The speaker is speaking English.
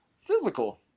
physical